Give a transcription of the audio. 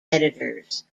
editors